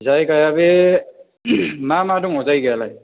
जायगाया बे मा मा दङ जायगायालाय